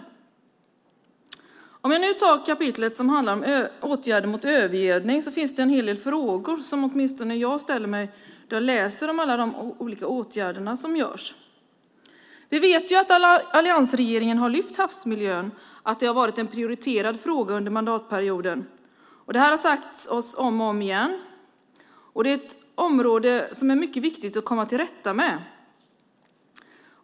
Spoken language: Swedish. I kapitlet som handlar om åtgärder mot övergödning ställer åtminstone jag mig en hel del frågor då jag läser om alla de olika åtgärder som vidtas. Vi vet ju att alliansregeringen har lyft havsmiljön och att det har varit en prioriterad fråga under mandatperioden. Det här har sagts oss om och om igen, och det är ett område som är mycket viktigt att komma till rätta med.